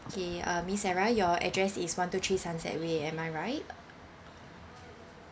K uh miss sarah your address is one two three sunset way am I right